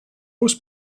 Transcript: was